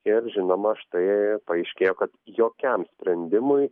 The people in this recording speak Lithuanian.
ir žinoma štai paaiškėjo kad jokiam sprendimui